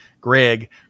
Greg